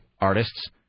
artists